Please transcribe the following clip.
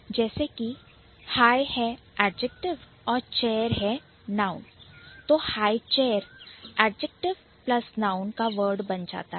जैसे कि High है Adjective और Chair है Noun तो High Chair high chair Adjective plus Noun word बनता है